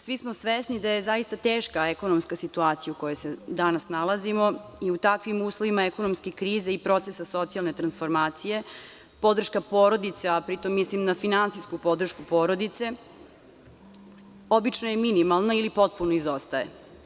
Svi smo svesni da je zaista teška ekonomska situacija u kojoj se danas nalazimo i u takvim uslovima ekonomske krize i procesa socijalne transformacije, podrška porodice, a pri tome mislim na finansijsku podršku porodice, obično je minimalna ili potpuno izostaje.